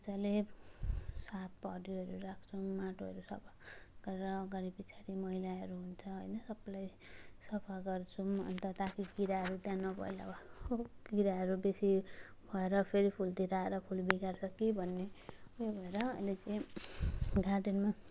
मजाले साफ हरियोहरू राख्छौँ माटोहरू सब गरेर गरेपछाडि मैलाहरू हुन्छ होइन सबलाई सफा गर्छौँ अन्त ताकि किराहरू त्यहाँ नफैलाओस् किराहरू बेसी भएर फेरि फुलतिर आएर फुल बिगार्छ कि भन्ने त्यही भएर अहिले चाहिँ गार्डनमा